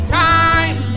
time